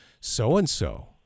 so-and-so